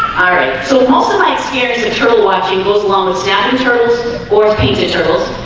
alright so also my experience of turtle watch equals long snapping turtles or painted turtles,